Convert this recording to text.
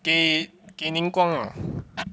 给给 ning guang ah